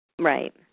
Right